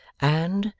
and,